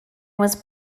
was